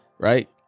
Right